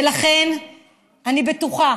ולכן אני בטוחה